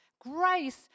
Grace